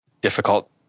difficult